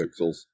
pixels